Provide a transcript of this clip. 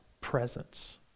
Presence